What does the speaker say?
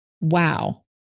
wow